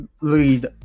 lead